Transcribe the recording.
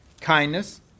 kindness